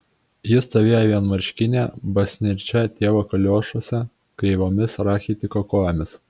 ji stovėjo vienmarškinė basnirčia tėvo kaliošuose kreivomis rachitiko kojomis